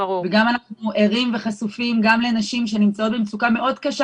ואנחנו גם ערים וחשופים לנשים שנמצאות במצוקה מאוד קשה.